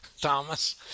Thomas